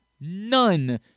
None